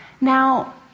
Now